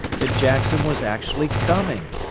that jackson was actually coming.